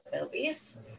movies